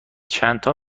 چندتا